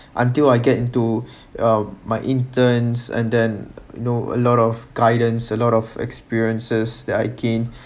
until I get into uh my interns and then you know a lot of guidance a lot of experiences that I gain